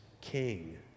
king